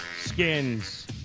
skins